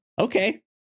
okay